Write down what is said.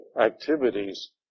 activities